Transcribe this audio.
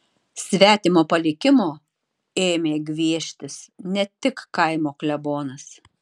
svetimo palikimo ėmė gvieštis ne tik kaimo klebonas